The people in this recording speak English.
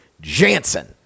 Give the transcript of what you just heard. Jansen